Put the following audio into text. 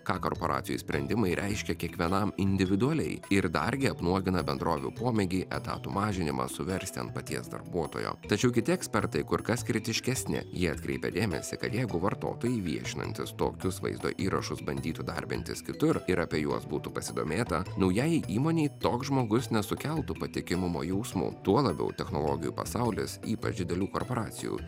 ką korporacijų sprendimai reiškia kiekvienam individualiai ir dargi apnuogina bendrovių pomėgį etatų mažinimą suversti ant paties darbuotojo tačiau kiti ekspertai kur kas kritiškesni jie atkreipė dėmesį kad jeigu vartotojai viešinantys tokius vaizdo įrašus bandytų darbintis kitur ir apie juos būtų pasidomėta naujajai įmonei toks žmogus nesukeltų patikimumo jausmų tuo labiau technologijų pasaulis ypač didelių korporacijų